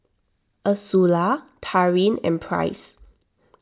Ursula Taryn and Price